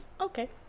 okay